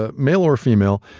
ah male or female.